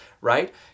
right